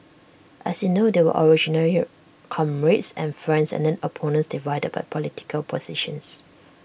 as you know they were originally comrades and friends and then opponents divided by political positions